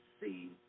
see